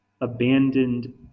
abandoned